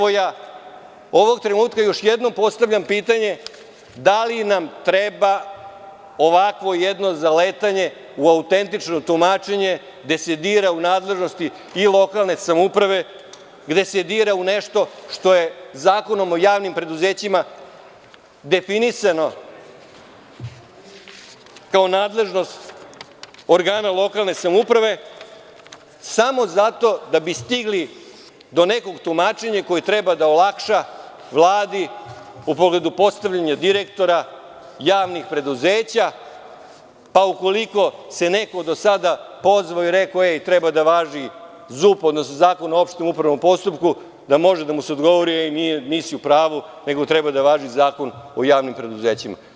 Ovog trenutka još jednom postavljam pitanje – da li nam treba ovakvo jedno zaletanje u autentičnom tumačenju gde se dira u nadležnosti i lokalne samouprave, gde se dira u nešto što je Zakonom o javnim preduzećima definisano kao nadležnost organa lokalne samouprave, samo zato da bi stigli do nekog tumačenja koje treba da olakša Vladi u pogledu postavljanja direktora javnih preduzeća, ukoliko se neko do sada pozvao i rekao – ej, treba da važi ZUP, odnosno Zakon o opštem upravnom postupku da može da mu se odgovori – nisu u pravu, nego treba da važi Zakon o javnim preduzećima?